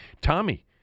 Tommy